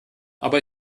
aber